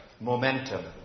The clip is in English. momentum